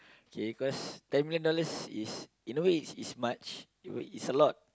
okay cause ten million dollars is in a way it's much it will it's a lot